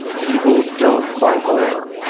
people don't buy more.